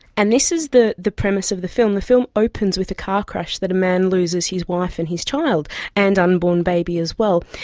and this is the the premise of the film. the film opens with a car crash that a man loses his wife and his child and his unborn baby as well,